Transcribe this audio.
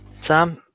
sam